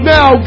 Now